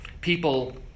People